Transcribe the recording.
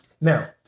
Now